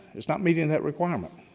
it's not meeting that requirement.